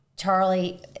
Charlie